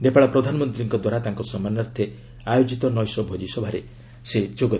ନେପାଳ ପ୍ରଧାନମନ୍ତ୍ରୀଙ୍କଦ୍ୱାରା ତାଙ୍କ ସମ୍ମାନାର୍ଥେ ଆୟୋଜିତ ନୈଶ ଭୋଜିସଭାରେ ସେ ଯୋଗ ଦେବେ